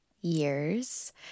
years